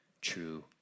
true